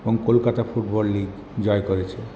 এবং Kolkata football league জয় করেছে